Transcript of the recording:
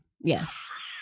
Yes